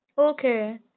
Okay